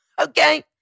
Okay